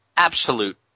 absolute